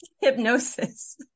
hypnosis